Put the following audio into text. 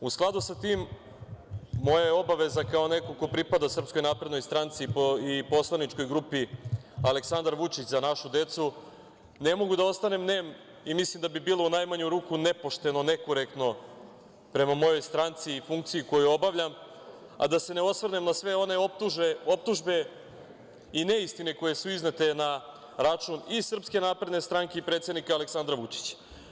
U skladu sa tim, moja je obaveza kao nekog ko pripada SNS i poslaničkoj grupi Aleksandar Vučić – Za našu decu, ne mogu da ostanem nem i mislim da bi bilo u najmanju ruku nepošteno, nekorektno prema mojoj stranci i funkciji koju obavljam, da se ne osvrnem na sve one optužbe i neistine koje su iznete na račun i SNS i predsednika Aleksandra Vučića.